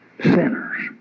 sinners